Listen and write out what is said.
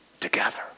Together